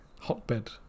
hotbed